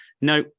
no